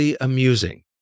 amusing